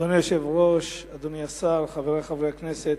אדוני היושב-ראש, אדוני השר, חברי חברי הכנסת,